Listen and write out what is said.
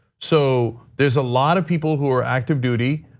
so there's a lot of people who are active duty,